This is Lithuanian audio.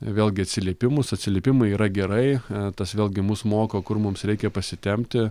vėlgi atsiliepimus atsiliepimai yra gerai tas vėlgi mus moko kur mums reikia pasitempti